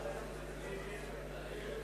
עונש חובה למצית נכס ציבורי),